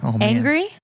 angry